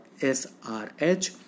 SRH